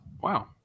Wow